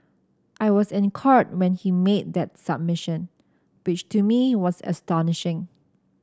I was in Court when he made that submission which to me was astonishing